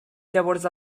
llavors